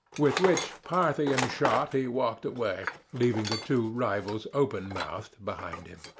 with which parthian shot he walked away, leaving the two rivals open-mouthed behind him.